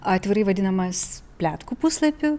atvirai vadinamas pletkų puslapiu